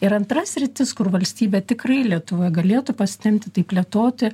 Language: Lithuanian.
ir antra sritis kur valstybė tikrai lietuvoje galėtų pasitempti plėtoti